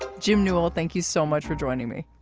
jim newell, thank you so much for joining me.